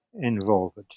involved